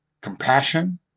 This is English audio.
compassion